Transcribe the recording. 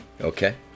Okay